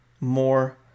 more